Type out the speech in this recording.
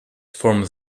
form